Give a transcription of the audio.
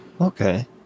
Okay